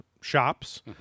shops